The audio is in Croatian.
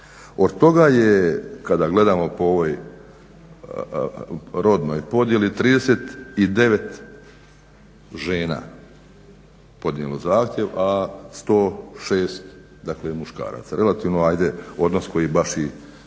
Od toga je kada gledamo po rodnoj podjeli 39 žena podnijelo zahtjev a 106 muškaraca. Relativno ajde odnos koji baš i